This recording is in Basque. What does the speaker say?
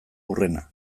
hurrena